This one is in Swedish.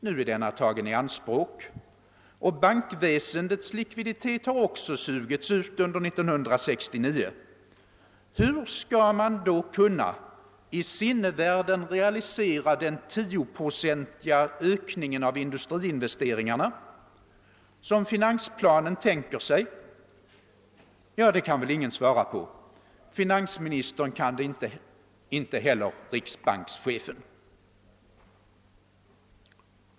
Nu är denna tagen i anspråk, och bankväsendets likviditet har också sugits ut under 1969. Hur skall man då i sinnevärlden kunna realisera den tioprocentiga ökning av industriinvesteringarna som finansplanen förutsätter? Ja, den frågan kan väl ingen svara på — finansministern kan det inte, inte heller riksbankschefen.